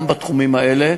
גם בתחומים האלה.